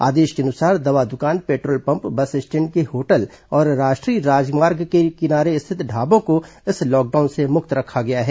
आदेश के अनुसार दवा दुकान petrol pump bus stand के होटल और राष्ट्रीय राजमार्ग के किनारे स्थित ढाबों को इस लॉकडाउन से मुक्त रखा गया है